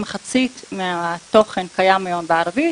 מחצית מהתוכן קיים היום בערבית.